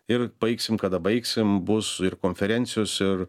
ir baigsim kada baigsim bus ir konferencijos ir